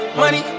money